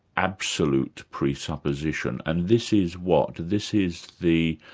absolute presupposition, and this is what? this is the